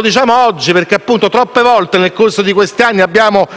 diciamo oggi perché troppe volte, nel corso degli ultimi anni, abbiamo